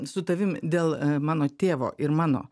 su tavim dėl mano tėvo ir mano